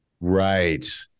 Right